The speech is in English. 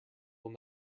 will